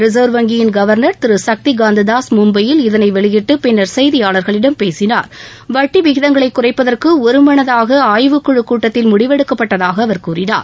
reserve வங்கியின் governor திரு சக்திகாந்ததாஸ் மும்பையில் இதனை வெளியிட்டு பின்னா் செய்தியாளா்களிடம் பேசினாா் வட்டி விகிதங்களை குறைப்பதற்கு ஒருமனதாக ஆய்வுக்குழுக் கூட்டத்தில் முடிவெடுக்கப்பட்டதாக அவர் கூறினார்